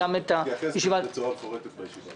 נתייחס בצורה מפורטת בישיבה הבאה.